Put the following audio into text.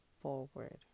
forward